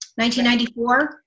1994